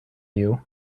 you